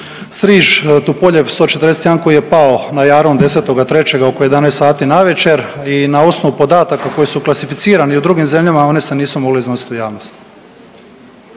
Striž, tu polje 141 koji je pao na Jarun 10.3. oko 11 sati navečer i na osnovu podataka koji su klasificirani u drugim zemljama, one se nisu mogle iznositi u javnost.